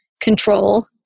control